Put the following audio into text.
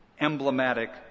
emblematic